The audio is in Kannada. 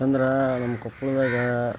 ಅಂದ್ರೆ ನಮ್ಮ ಕೊಪ್ಪಳದಾಗ